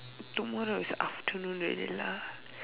tomorrow is afternoon already lah